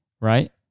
right